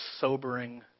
sobering